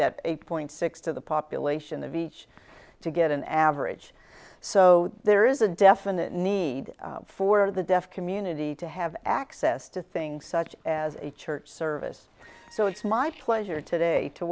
that eight point six to the population of each to get an average so there is a definite need for the deaf community to have access to things such as a church service so it's my choice here today to